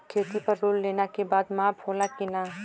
खेती पर लोन लेला के बाद माफ़ होला की ना?